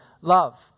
love